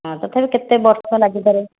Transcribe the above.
ହଁ ତଥାପି କେତେ ବର୍ଷ ଲାଗିପାରେ